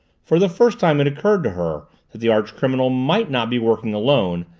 for the first time it occurred to her that the archcriminal might not be working alone,